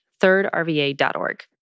thirdrva.org